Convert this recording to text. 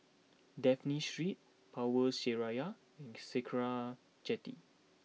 Dafne Street Power Seraya and Sakra Jetty